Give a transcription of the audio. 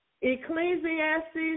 Ecclesiastes